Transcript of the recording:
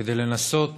כדי לנסות